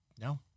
no